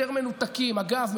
מנותקת לחלוטין מהעובדות,